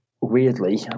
weirdly